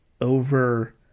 over